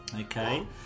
Okay